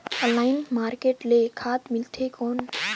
Online market ले खाद मिलथे कौन?